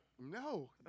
no